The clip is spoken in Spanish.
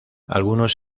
algunos